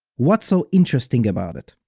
what's so interesting about it?